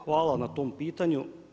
Hvala na tom pitanju.